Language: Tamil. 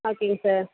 ஓகேங்க சார்